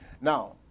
Now